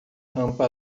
rampa